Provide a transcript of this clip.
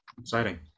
Exciting